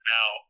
Now